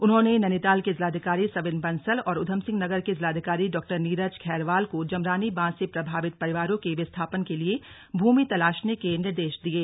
उन्होंने नैनीताल के जिलाधिकारी सविन बंसल और उधमसिंह नगर के जिलाधिकारी डॉ नीरज खैरवाल को जमरानी बांध से प्रभावित परिवारों के विस्थापन के लिए भूमि तलाशने के निर्देश दिये